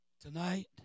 Tonight